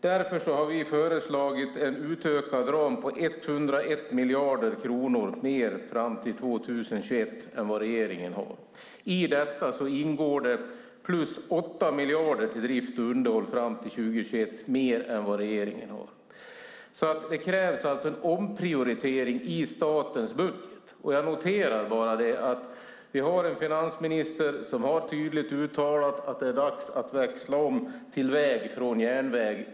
Därför har vi föreslagit en utökad ram på 101 miljarder kronor mer fram till 2021 än vad regeringen har. I detta ingår 8 miljarder mer till drift och underhåll fram till 2021 än vad regeringen har. Det krävs alltså en omprioritering i statens budget. Jag noterar bara det att vi har en finansminister som tydligt har uttalat att det är dags att växla om till väg från järnväg.